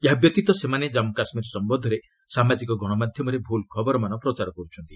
ଏହା ବ୍ୟତୀତ ସେମାନେ ଜାଞ୍ଗୁ କାଶ୍ମୀର ସମ୍ୟନ୍ଧରେ ସାମାଜିକ ଗଣମାଧ୍ୟମରେ ଭୁଲ୍ ଖବରମାନ ପ୍ରଚାର କରୁଛନ୍ତି